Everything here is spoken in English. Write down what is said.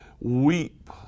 weep